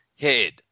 head